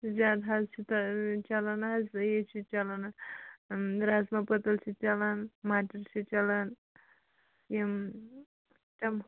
زیادٕ حظ چھِ تہٕ چَلان حظ یہِ چھِ چَلان رَزما پٔتٕر چھِ چَلان مٹر چھِ چَلان یِم تِم